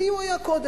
מי הוא היה קודם?